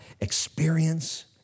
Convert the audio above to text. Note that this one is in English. experience